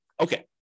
Okay